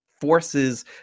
forces